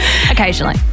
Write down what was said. Occasionally